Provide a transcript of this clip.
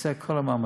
נעשה את כל המאמצים.